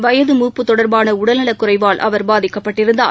வயது மூப்பு தொடர்பானஉடல்நலக்குறைவால் அவர் பாதிக்கப்பட்டிருந்தார்